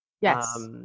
yes